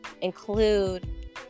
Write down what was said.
include